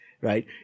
right